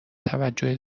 توجه